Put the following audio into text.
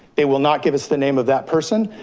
they will not give us the name of that person,